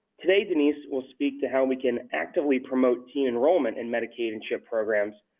today, denise will speak to how we can actively promote teen enrollment in medicaid and chip programs,